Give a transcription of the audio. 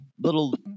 little